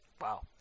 Wow